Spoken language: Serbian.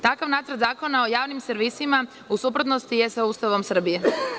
Takav Nacrt zakona o javnim servisima u suprotnosti je sa Ustavom Srbije.